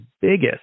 biggest